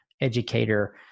educator